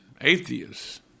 atheists